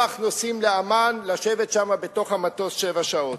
נוסעים לעמאן לשבת שם בתוך המטוס שבע שעות.